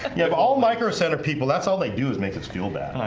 you have all micro center people that's all they do is makes us feel bad.